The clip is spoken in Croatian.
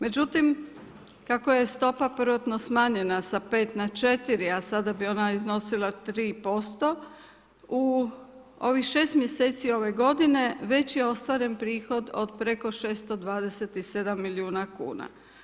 Međutim, kako je stopa prvotno smanjena sa 5 na 4 a sada bi ona iznosila 3% u ovih 6 mjeseci ove godine već je ostvaren prihod od preko 627 milijuna kuna.